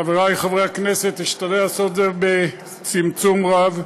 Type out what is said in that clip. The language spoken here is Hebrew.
חברי חברי הכנסת, אשתדל לעשות את זה בצמצום רב.